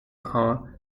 are